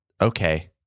Okay